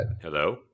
Hello